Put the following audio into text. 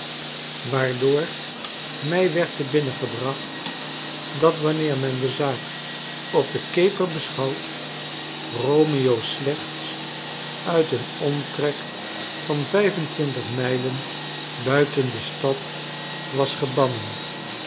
waardoor my werd te binnen gebracht dat wanneer men de zaak op de keper beschouwt romeo slechts uit een omtrek van vijf en twintig mijlen buiten de stad was gebannen